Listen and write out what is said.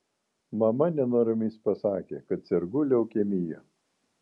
mama nenoromis pasakė kad sergu leukemija